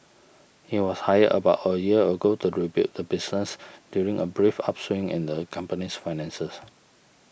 he was hired about a year ago to rebuild the business during a brief upswing in the company's finances